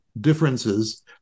differences